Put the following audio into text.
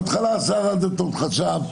בהתחלה שר הדתות חשב,